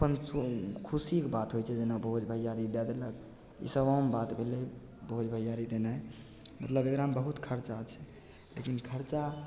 अपन से खुशीके बात होइ छै जेना भोज भैआरी दै देलक ईसब आम बात भेलै भोज भैआरी देनाइ मतलब एकरामे बहुत खरचा छै लेकिन खरचा